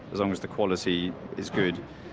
as long as the quality is good,